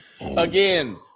again